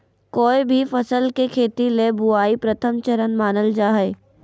कोय भी फसल के खेती ले बुआई प्रथम चरण मानल जा हय